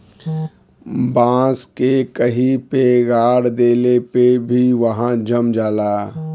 बांस के कहीं पे गाड़ देले पे भी उहाँ जम जाला